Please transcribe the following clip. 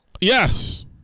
yes